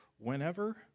Whenever